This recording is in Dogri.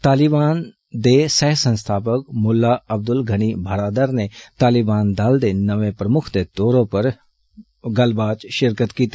तालिबान दे सह संस्थापक मुल्लाह अब्दुल गोनी बरदार नै तालिबान दल ने नमें प्रमुक्ख दे तौर पर गल्लबात च षिरकत कीती